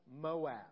Moab